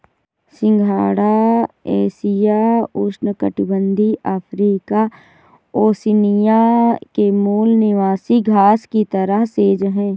सिंघाड़ा एशिया, उष्णकटिबंधीय Africa, Oceania के मूल निवासी घास की तरह सेज है